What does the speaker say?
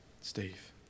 Steve